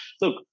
look